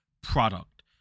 product